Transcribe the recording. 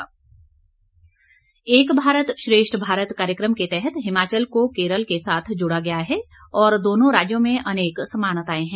एक भारत एक भारत श्रेष्ठ भारत कार्यक्रम के तहत हिमाचल को केरल के साथ जोड़ा गया है और दोनों राज्यों में अनेक समानताएं हैं